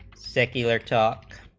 secular talked